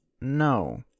No